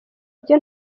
byo